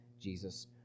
Jesus